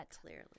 Clearly